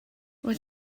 wyt